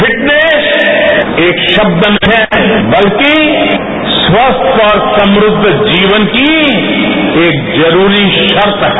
fitness एक शब्द नहीं है बल्कि स्वस्थ और समृद्व जीवन की एक जरूरी शर्त है